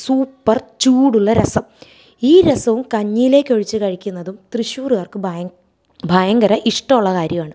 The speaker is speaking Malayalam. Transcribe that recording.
സൂപ്പർ ചൂടുള്ള രസം ഈ രസവും കഞ്ഞീലേക്കൊഴിച്ച് കഴിക്കുന്നതും തൃശ്ശൂര്കാർക്ക് ഭയ ഭയങ്കര ഇഷ്ടവൊള്ള കാര്യവാണ്